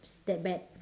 is that bad